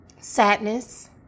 sadness